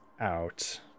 out